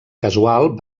casual